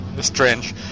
strange